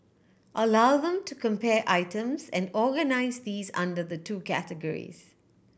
allow them to compare items and organise these under the two categories